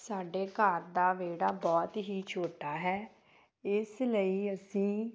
ਸਾਡੇ ਘਰ ਦਾ ਵਿਹੜਾ ਬਹੁਤ ਹੀ ਛੋਟਾ ਹੈ ਇਸ ਲਈ ਅਸੀਂ